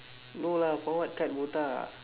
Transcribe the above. no lah for what cut botak